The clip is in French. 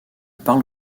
parle